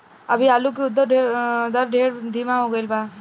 अभी आलू के उद्भव दर ढेर धीमा हो गईल बा